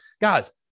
guys